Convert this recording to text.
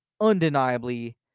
undeniably